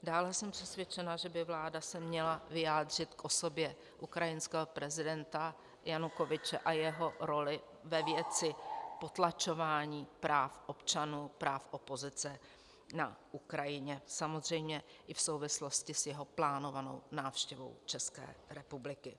Dále jsem přesvědčena, že by se vláda měla vyjádřit k osobě ukrajinského presidenta Janukovyče a jeho roli ve věci potlačování práv občanů, práv opozice na Ukrajině, samozřejmě v souvislosti s jeho plánovanou návštěvou České republiky.